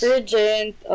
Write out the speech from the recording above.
Urgent